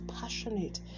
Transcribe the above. passionate